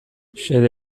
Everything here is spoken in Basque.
xede